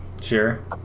sure